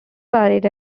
buried